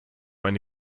eine